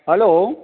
hello